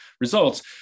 results